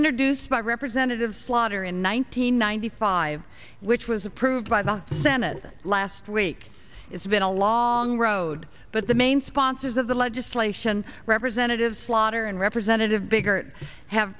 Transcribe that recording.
introduced by representative slaughter in one nine hundred ninety five which was approved by the senate last week it's been a law in road but the main sponsors of the legislation representative slaughter and representative bigger have